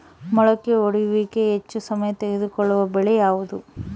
ಮೊಳಕೆ ಒಡೆಯುವಿಕೆಗೆ ಹೆಚ್ಚು ಸಮಯ ತೆಗೆದುಕೊಳ್ಳುವ ಬೆಳೆ ಯಾವುದು?